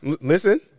Listen